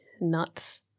nuts